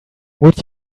would